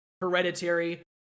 Hereditary